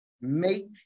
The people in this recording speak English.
make